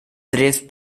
tres